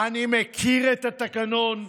אני מכיר את התקנון.